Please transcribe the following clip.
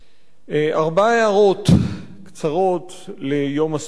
ארבע הערות קצרות ליום הסטודנט הזה.